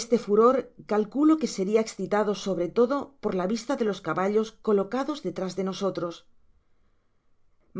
este furor calculo que seria escitado sobre todo por la vista de los caballos colocados detrás de nosotros